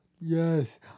Yes